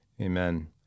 Amen